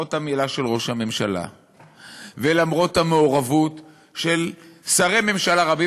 למרות המילה של ראש הממשלה ולמרות המעורבות של שרי ממשלה רבים,